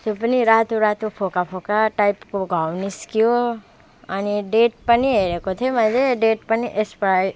त्यो पनि रातो रातो फोका फोका टाइपको घाउ निस्क्यो अनि डेट पनि हेरेको थिएँ मैले डेट पनि एक्सपायर